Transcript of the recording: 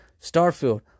Starfield